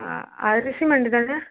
ஆ அரிசி மண்டி தானே